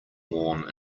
worn